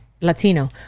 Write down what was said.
Latino